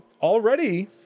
already